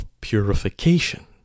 purification